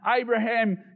Abraham